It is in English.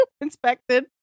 inspected